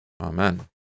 Amen